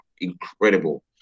incredible